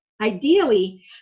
Ideally